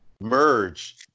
merge